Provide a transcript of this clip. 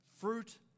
Fruit